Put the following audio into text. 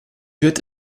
wird